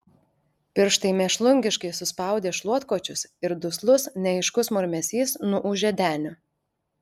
pirštai mėšlungiškai suspaudė šluotkočius ir duslus neaiškus murmesys nuūžė deniu